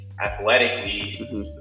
athletically